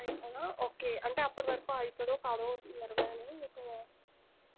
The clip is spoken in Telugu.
అవుతుందా ఓకే అంటే అప్పటి వరకు అవుతుందో కాదో నియర్బై అనో మీకు